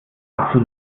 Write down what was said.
dazu